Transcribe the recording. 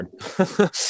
hard